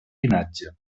llinatge